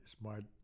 smart